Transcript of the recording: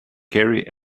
kerry